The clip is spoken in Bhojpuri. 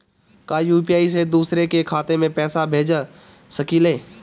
का यू.पी.आई से दूसरे के खाते में पैसा भेज सकी ले?